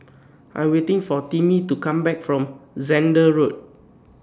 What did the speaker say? I Am waiting For Timmy to Come Back from Zehnder Road